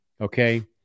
okay